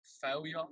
failure